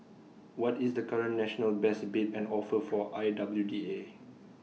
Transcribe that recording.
what is the current national best bid and offer for I W D A